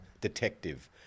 Detective